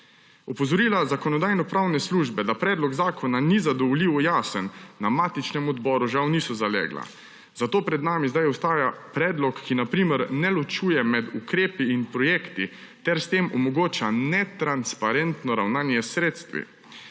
Opozorila Zakonodajno-pravne službe, da predlog zakona ni zadovoljivo jasen, na matičnem odboru žal niso zalegla, zato pred nami zdaj ostaja predlog, ki na primer ne ločuje med ukrepi in projekti ter s tem omogoča netransparentno ravnanje s sredstvi.